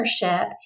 partnership